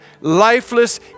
lifeless